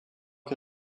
que